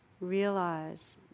realize